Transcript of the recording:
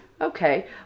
Okay